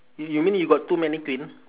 you you mean you got two mannequin